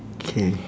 K